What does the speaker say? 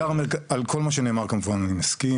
על כל מה שנאמר אני כמובן מסכים,